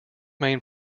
main